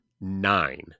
nine